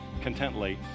contently